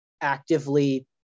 actively